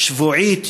לתופעה שבועית,